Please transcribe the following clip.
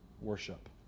worship